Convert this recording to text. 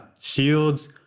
shields